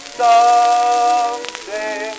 someday